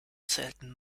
zählten